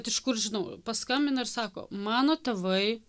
vat iš kur žinau paskambina ir sako mano tėvai